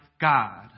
God